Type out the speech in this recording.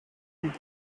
hit